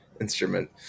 instrument